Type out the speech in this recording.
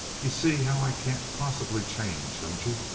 you see how i can't possibly change, don't you?